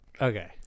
okay